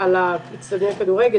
על אצטדיוני הכדורגל,